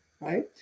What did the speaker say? Right